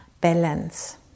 Balance